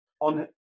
on